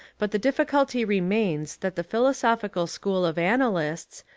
but the difficulty remains that the philosophical school of analysts,